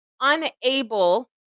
unable